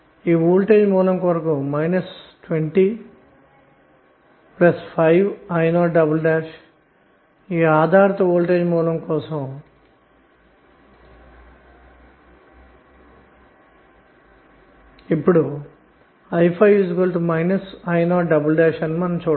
ఈ ఓల్టేజి మూలం కొరకు 20V వోల్టేజ్ సోర్స్ మరియు5i0 అన్నది ఆధారిత వోల్టేజ్ సోర్స్ అన్నమాట